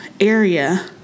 area